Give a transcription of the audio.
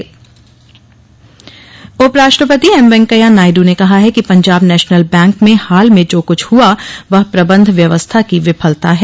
प्रस्कार समारोह उपराष्ट्रपति एम वेंकैया नायड् ने कहा है कि पंजाब नेशनल बैंक में हाल में जो कुछ हुआ वह प्रबंध व्यवस्था की विफलता है